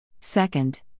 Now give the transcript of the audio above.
Second